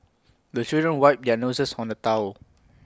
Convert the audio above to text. the children wipe their noses on the towel